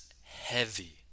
heavy